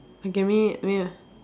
give me a name ah